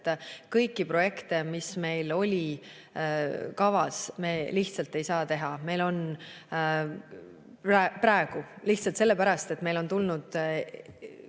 et kõiki projekte, mis meil oli kavas, me lihtsalt ei saa praegu teha. Lihtsalt sellepärast, et meil on olnud